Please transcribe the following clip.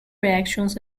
reactions